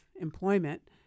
employment